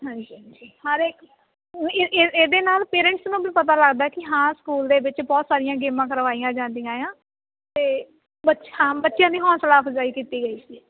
ਹਾਂਜੀ ਹਾਂਜੀ ਹਰ ਇੱਕ ਇਹ ਇਹਦੇ ਨਾਲ ਪੇਰੈਂਟਸ ਨੂੰ ਵੀ ਪਤਾ ਲੱਗਦਾ ਕਿ ਹਾਂ ਸਕੂਲ ਦੇ ਵਿੱਚ ਬਹੁਤ ਸਾਰੀਆਂ ਗੇਮਾਂ ਕਰਵਾਈਆਂ ਜਾਂਦੀਆਂ ਆ ਅਤੇ ਬੱਚ ਹਾਂ ਬੱਚਿਆਂ ਦੀ ਹੌਸਲਾ ਅਫਜ਼ਾਈ ਕੀਤੀ ਗਈ ਸੀ